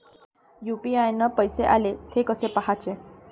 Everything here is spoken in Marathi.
यू.पी.आय न पैसे आले, थे कसे पाहाचे?